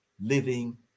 living